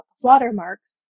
watermarks